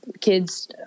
kids